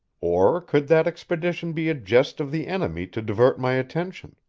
or could that expedition be a jest of the enemy to divert my attention?